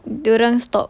dia orang stop